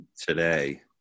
today